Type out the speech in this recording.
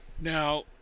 Now